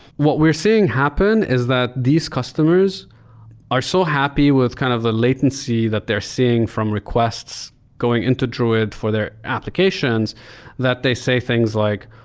what we're seeing happen happen is that these customers are so happy with kind of the latency that they're seeing from requests going into druid for their applications that they say things like,